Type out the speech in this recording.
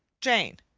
jane.